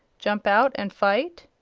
jump out and fight?